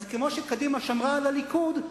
אז כמו שקדימה שמרה על הליכוד,